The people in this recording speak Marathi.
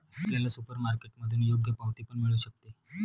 आपल्याला सुपरमार्केटमधून योग्य पावती पण मिळू शकते